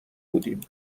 بودیم